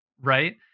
Right